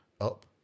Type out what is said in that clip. up